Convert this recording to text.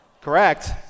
Correct